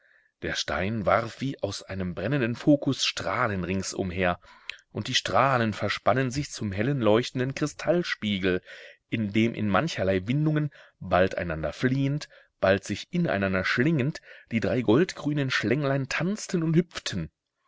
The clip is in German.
der stein warf wie aus einem brennenden fokus strahlen ringsumher und die strahlen verspannen sich zum hellen leuchtenden kristallspiegel in dem in mancherlei windungen bald einander fliehend bald sich ineinander schlingend die drei goldgrünen schlänglein tanzten und hüpften